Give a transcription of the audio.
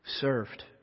served